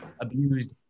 abused